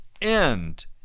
end